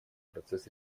процесс